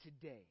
Today